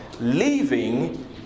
leaving